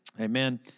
Amen